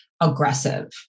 aggressive